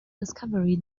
discovery